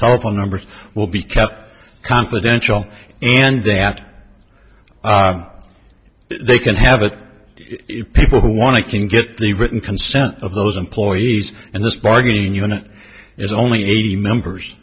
telephone numbers will be kept confidential and that they can have it people who want to can get the written consent of those employees and this bargaining unit is only eighty members